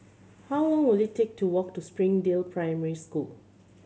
how long will it take to walk to Springdale Primary School